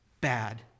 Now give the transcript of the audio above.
bad